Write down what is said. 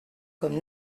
comme